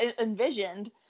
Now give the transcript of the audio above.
envisioned